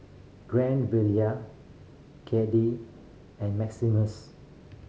Cade and Maximus